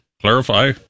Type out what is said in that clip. clarify